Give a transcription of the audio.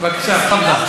בבקשה, תפאדל.